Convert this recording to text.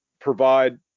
provide